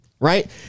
Right